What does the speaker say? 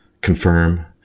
confirm